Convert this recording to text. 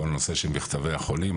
כל הנושא של מכתבי החולים.